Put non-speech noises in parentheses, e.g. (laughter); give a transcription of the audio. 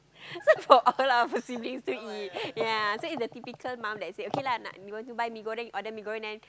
(laughs) for all our sibling to eat ya so it's a typical mum that said okay lah you want to buy mee-goreng order mee-goreng then